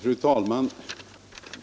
Fru talman!